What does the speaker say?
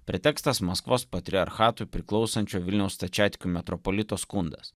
pretekstas maskvos patriarchatui priklausančio vilniaus stačiatikių metropolito skundas